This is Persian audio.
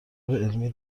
علمی